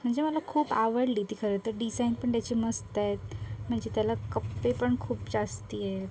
म्हणजे मला खूप आवडली ती खरं तर डिझाईन पण त्याची मस्त आहे म्हणजे त्याला कप्पे पण खूप जास्ती आहेत